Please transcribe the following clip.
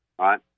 Right